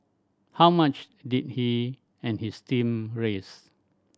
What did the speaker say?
how much did he and his team raise